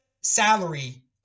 salary